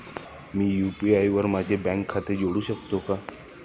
मी UPI वर माझे bank खाते जोडू शकतो का?